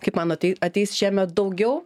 kaip manot ateis šiemet daugiau